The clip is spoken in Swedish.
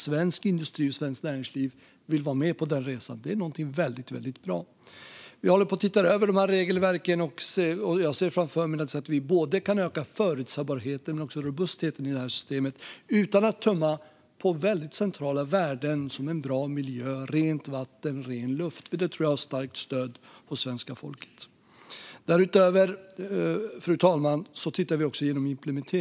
Svensk industri och svenskt näringsliv vill vara med på den resan, och det är någonting som är väldigt bra. Vi håller på och tittar över regelverken, och jag ser framför mig att vi kan öka både förutsägbarheten och robustheten i systemet utan att tumma på centrala värden som en bra miljö, rent vatten och ren luft. Det tror jag har starkt stöd hos svenska folket. Därutöver, fru talman, tittar vi igenom implementeringen.